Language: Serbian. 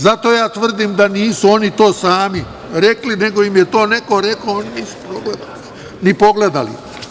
Zato ja tvrdim da nisu oni to sami rekli, nego im je to neko rekao, a oni to nisu ni pogledali.